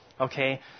Okay